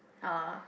uh